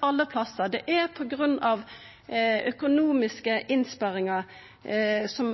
alle plassar: Det er økonomiske innsparingar